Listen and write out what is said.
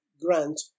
grant